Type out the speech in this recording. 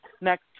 next